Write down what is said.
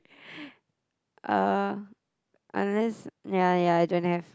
uh unless ya ya I don't have